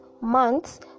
Months